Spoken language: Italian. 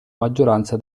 maggioranza